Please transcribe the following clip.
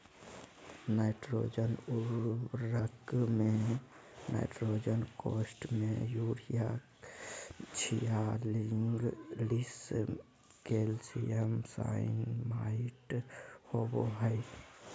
nitrogen उर्वरक में nitrogen कोष्ठ में यूरिया छियालिश कैल्शियम साइनामाईड होबा हइ